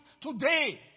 today